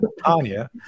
Tanya